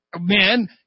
Men